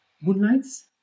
moonlights